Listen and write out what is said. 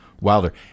Wilder